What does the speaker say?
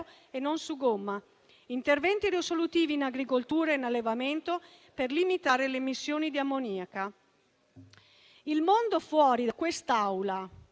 e non su gomma; interventi risolutivi in agricoltura e in allevamento per limitare le emissioni di ammoniaca. Il mondo fuori da quest'Aula,